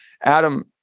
Adam